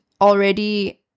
already